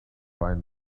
find